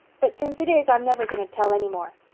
but since it is i'm never going to tell any more.